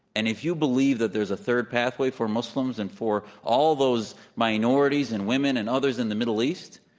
and if you believe that there's a third pathway for muslims and for all those minorities and women and others in the middle east,